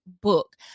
book